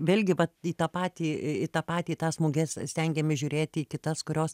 vėlgi vat į tą patį į tą patį tas muges stengiamės žiūrėti į kitas kurios